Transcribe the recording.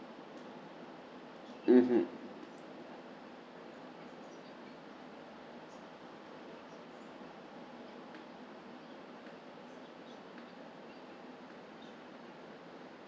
mmhmm